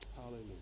Hallelujah